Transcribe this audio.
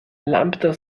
lambda